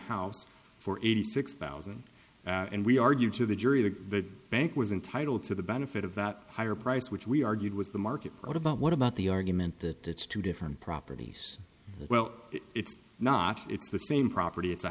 house for eighty six isn't and we argued to the jury the bank was entitled to the benefit of that higher price which we argued was the market what about what about the argument that it's two different properties well it's not it's the same property